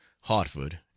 hartford